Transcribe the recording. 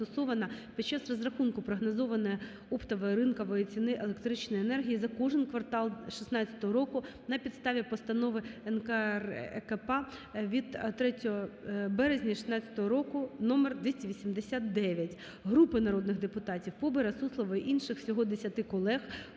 під час розрахунку прогнозованої оптової ринкової ціни електричної енергії за кожен квартал 2016 року на підставі Постанови НКРЕКП від 3 березня 2016 року № 289. Групи народних депутатів (Побера, Суслової, інших. Всього 10 колег)